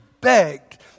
begged